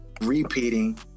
repeating